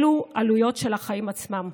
אלו עלויות של החיים עצמם.